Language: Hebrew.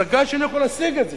השגה שאני יכול להשיג את זה,